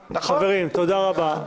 בחל"ת.